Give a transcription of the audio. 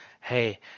Hey